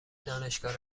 دانشگاه